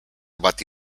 bati